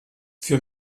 für